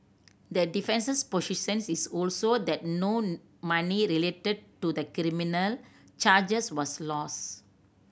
the defence's position is also that no money related to the criminal charges was lost